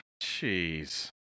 Jeez